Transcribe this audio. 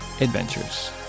adventures